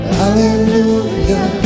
hallelujah